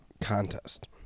Contest